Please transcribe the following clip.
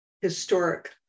historic